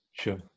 sure